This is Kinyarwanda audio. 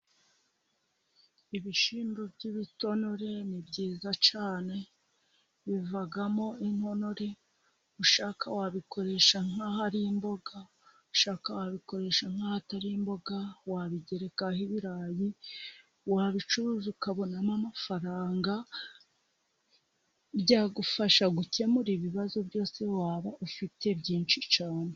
Ibishimbo by'ibitonore ni byiza cyane, bivamo inonore ushaka wabikoresha nk'aho ari imboga ushaka wabikoresha nk'aho atari imboga, wabigerekaho ibirayi, wabicuruza ukabonamo amafaranga, byagufasha gukemura ibibazo byose waba ufite byinshi cyane.